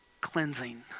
cleansing